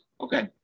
Okay